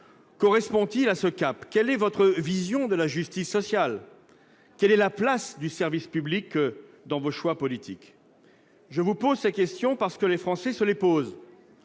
correspond-il à ce cap ? Quelle est votre vision de la justice sociale ? Quelle est la place du service public dans vos choix politiques ? Je vous pose ces questions, parce que les Français se les posent